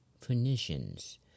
Phoenicians